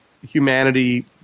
humanity